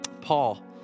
Paul